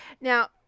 Now